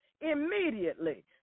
immediately